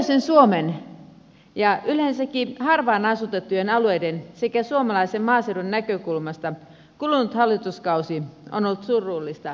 pohjoisen suomen ja yleensäkin harvaan asutettujen alueiden sekä suomalaisen maaseudun näkökulmasta kulunut hallituskausi on ollut surullista seurattavaa